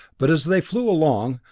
but as they flew along,